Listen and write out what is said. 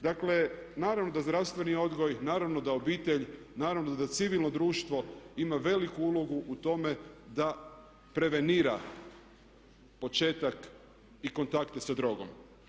Dakle, naravno da zdravstveni odgoj, naravno da obitelj, naravno da civilno društvo ima veliku ulogu u tome da prevenira početak i kontakte sa drogom.